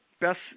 best